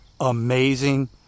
amazing